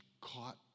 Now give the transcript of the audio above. caught